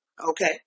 Okay